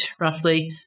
roughly